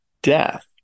death